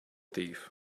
thief